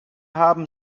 haben